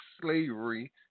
slavery